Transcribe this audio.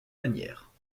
manière